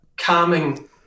calming